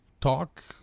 talk